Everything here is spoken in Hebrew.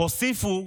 הוסיפו